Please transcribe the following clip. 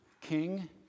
King